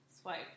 swipe